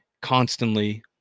constantly